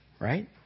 right